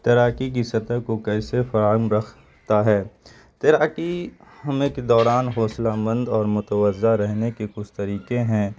تیراکی کی سطح کو کیسے فراہم رکھتا ہے تیراکی ہم ایک دوران حوصلہ مند اور متوجہ کے کچھ طریقے ہیں